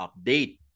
update